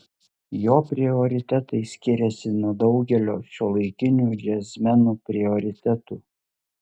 jo prioritetai skiriasi nuo daugelio šiuolaikinių džiazmenų prioritetų